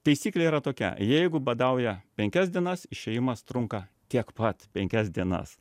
taisyklė yra tokia jeigu badauja penkias dienas išėjimas trunka tiek pat penkias dienas